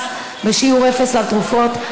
מס בשיעור אפס על תרופות),